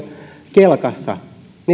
kelkassa